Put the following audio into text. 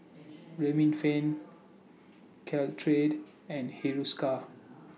Remifemin Caltrate and Hiruscar